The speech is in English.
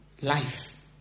life